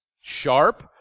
sharp